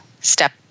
step